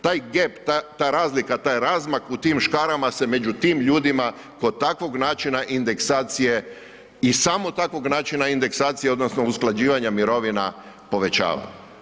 Taj gep, ta razlika, taj razmak u tim škarama se među tim ljudima kod takvog načina indeksacije, i samo takvog načina indeksacije odnosno usklađivanja mirovina povećava.